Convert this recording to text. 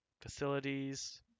facilities